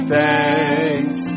thanks